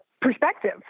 Perspective